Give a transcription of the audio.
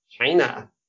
China